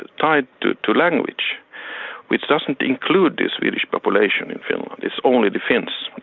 tied, to to language which doesn't include the swedish population in finland. it's only the finns.